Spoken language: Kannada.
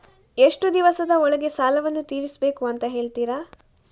ಎಷ್ಟು ದಿವಸದ ಒಳಗೆ ಸಾಲವನ್ನು ತೀರಿಸ್ಬೇಕು ಅಂತ ಹೇಳ್ತಿರಾ?